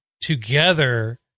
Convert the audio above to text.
together